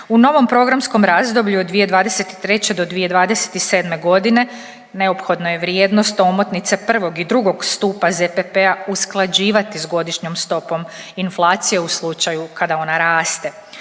U novom programskom razdoblju od 2023. do 2027. godine neophodno je vrijednost omotnice prvog i drugo stupa ZPP-a usklađivati s godišnjom stopom inflacije u slučaju kada ona raste.